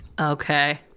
Okay